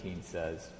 says